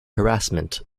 harassment